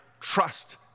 trust